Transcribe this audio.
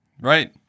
Right